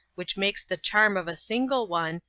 which makes the charm of a single one,